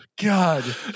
God